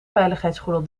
veiligheidsgordel